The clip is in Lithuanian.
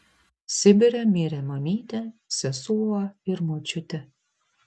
sibire mirė mamytė sesuo ir močiutė